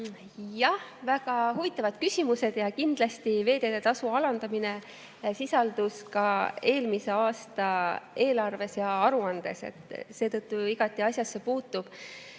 Jah, väga huvitavad küsimused. Kindlasti veeteetasu alandamine sisaldus ka eelmise aasta eelarves ja aruandes, seetõttu on igati asjasse puutuv.